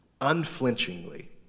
unflinchingly